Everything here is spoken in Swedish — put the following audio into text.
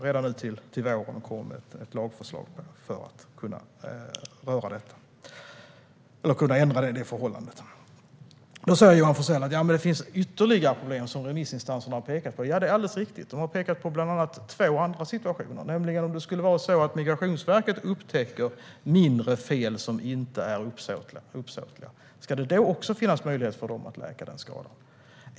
Redan till våren kommer det ett lagförslag för att man ska kunna ändra det förhållandet. Då säger Johan Forssell: Ja, men det finns ytterligare problem som remissinstanserna har pekat på. Det är alldeles riktigt. De har pekat på bland annat två andra situationer. Om Migrationsverket upptäcker mindre fel som inte är uppsåtliga, ska det då också finnas möjlighet för Migrationsverket att läka den skadan?